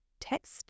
text